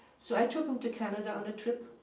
so i took him to canada on a trip